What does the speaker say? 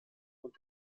und